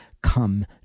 come